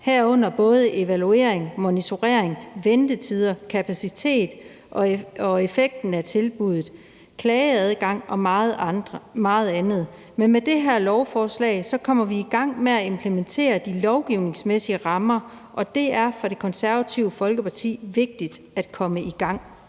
herunder både evaluering, monitorering, ventetider, kapacitet og effekten af tilbuddet, klageadgang og meget andet. Men med det her lovforslag kommer vi i gang med at implementere de lovgivningsmæssige rammer, og det er for Det Konservative Folkeparti vigtigt at komme i gang.